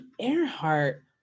Earhart